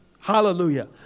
Hallelujah